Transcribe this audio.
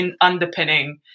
underpinning